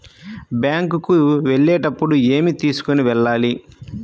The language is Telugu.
బ్యాంకు కు వెళ్ళేటప్పుడు ఏమి తీసుకొని వెళ్ళాలి?